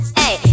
hey